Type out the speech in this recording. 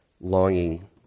longing